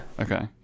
Okay